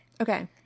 Okay